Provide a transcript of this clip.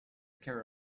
care